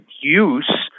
use